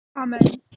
Amen